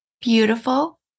beautiful